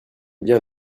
bien